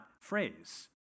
phrase